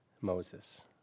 Moses